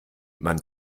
man